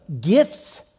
gifts